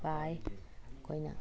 ꯄꯥꯏ ꯑꯩꯈꯣꯏꯅ